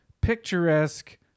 picturesque